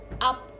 up